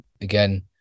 again